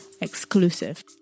exclusive